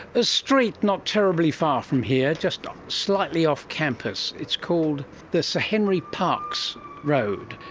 a street not terribly far from here, just slightly off campus, it's called the sir henry parkes road,